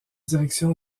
direction